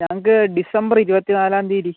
ഞങ്ങൾക്ക് ഡിസംബർ ഇരുപത്തിനാലാം തീയതി